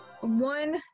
One